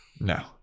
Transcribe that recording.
No